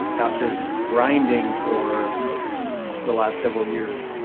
after grinding for the last several years.